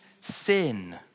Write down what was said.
sin